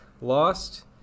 lost